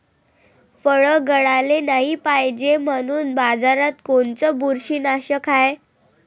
फळं गळाले नाही पायजे म्हनून बाजारात कोनचं बुरशीनाशक हाय?